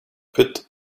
put